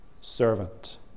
servant